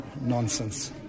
nonsense